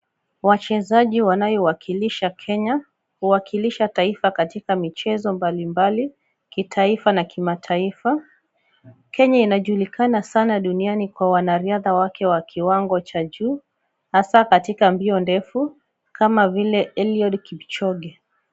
Wachezaji wanaowakilisha Kenya, huwakilisha taifa katika michezo mbalimbali, kitaifa na kimataifa. Kenya inajulikana sana duniani kwa wanariadha wake wa kiwango cha juu, hasa katika mbio ndefu, kama vile Eliud Kipchoge.